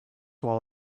while